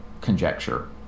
conjecture